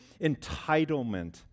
entitlement